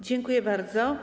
Dziękuję bardzo.